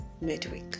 midweek